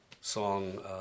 song